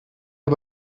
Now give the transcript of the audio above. die